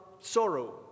sorrow